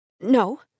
No